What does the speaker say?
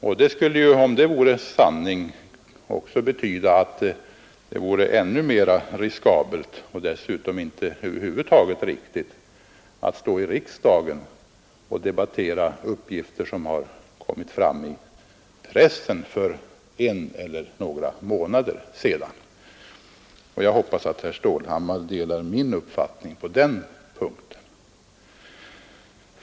Om det förhåller sig så vore det ännu mer riskabelt, och dessutom över huvud taget inte riktigt, att i riksdagen debattera uppgifter som lämnades i pressen för några månader sedan. Jag hoppas att herr Stålhammar delar min uppfattning på den punkten.